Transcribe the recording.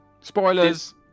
Spoilers